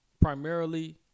Primarily